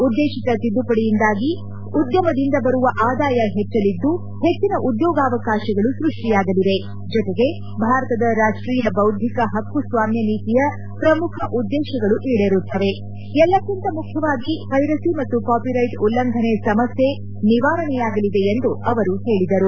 ಉದ್ದೇಶಿತ ತಿದ್ದುಪಡಿಯಿಂದಾಗಿ ಉದ್ನಮದಿಂದ ಬರುವ ಆದಾಯ ಹೆಚ್ಚಲಿದ್ದು ಹೆಚ್ಚಿನ ಉದ್ಯೋಗಾವಕಾಶಗಳು ಸ್ಪಷ್ಷಿಯಾಗಲಿವೆ ಜೊತೆಗೆ ಭಾರತದ ರಾಷ್ಟೀಯ ಬೌದ್ದಿಕ ಹಕ್ಕು ಸ್ವಾಮ್ಯ ನೀತಿಯ ಪ್ರಮುಖ ಉದ್ದೇಶಗಳು ಈಡೇರುತ್ತವೆ ಎಲ್ಲಕ್ಕಿಂತ ಮುಖ್ಯವಾಗಿ ಪೈರಸಿ ಮತ್ತು ಕಾಪಿರೈಟ್ ಉಲ್ಲಂಘನೆ ಸಮಸ್ಯೆ ನಿವಾರಣೆಯಾಗಲಿದೆ ಎಂದು ಅವರು ಹೇಳಿದರು